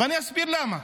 ואני אסביר למה.